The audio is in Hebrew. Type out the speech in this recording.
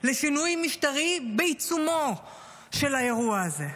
לשינוי משטרי בעיצומו של האירוע הזה.